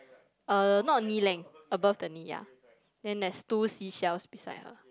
uh not knee length above the knee ya then there's two seashells beside her